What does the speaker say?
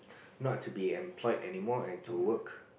not to employed anymore and to work